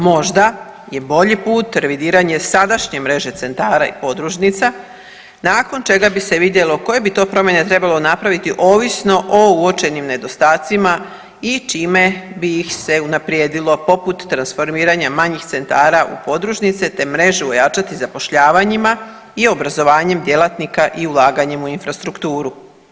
Možda je bolji put revidiranje sadašnje mreže centara i podružnica nakon čega bi se vidjelo koje bi to promjene trebalo napraviti ovisno o uočenim nedostacima i čime bi ih se unaprijedilo poput transformiranja manjih centara u podružnice te mrežu ojačati zapošljavanjima i obrazovanjem djelatnika i ulaganjem u infrastrukturu.